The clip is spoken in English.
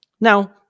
Now